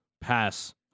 pass